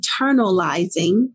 internalizing